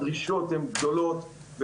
הדרישות הן גבוהות.